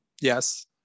Yes